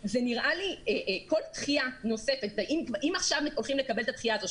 נראה לי שבכל דחייה נוספת אם עכשיו הולכים לקבל את הדחייה הזאת,